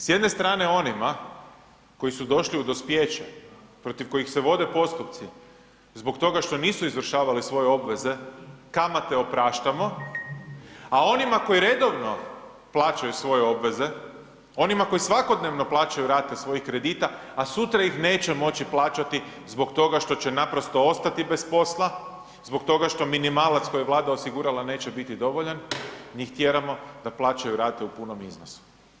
S jedne strane onima koji su došli u dospijeće, protiv kojih se vode postupci zbog toga što nisu izvršavali svoje obveze kamate opraštamo, a onima koji redovno plaćaju svoje obveze, onima koji svakodnevno plaćaju rate svojih kredita, a sutra ih neće moći plaćati zbog toga što će naprosto ostati bez posla, zbog toga što minimalac koji je Vlada osigurala neće biti dovoljan, njih tjeramo da plaćaju rate u punom iznosu.